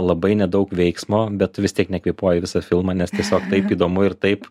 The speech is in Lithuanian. labai nedaug veiksmo bet vis tiek nekvėpuoji visą filmą nes tiesiog taip įdomu ir taip